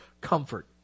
comfort